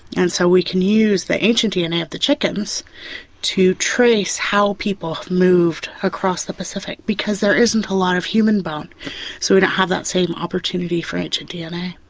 and so we can use the ancient dna of the chickens to trace how people have moved across the pacific, because there isn't a lot of human bone so we don't have that same opportunity for ancient dna.